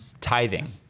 Tithing